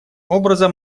образом